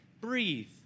breathe